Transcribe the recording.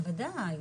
בוודאי.